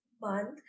month